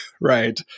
right